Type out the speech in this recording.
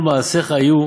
וכל מעשיך יהיו